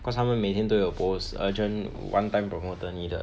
cause 他们每天都有 post urgent one time promoter needed